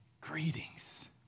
greetings